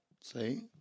See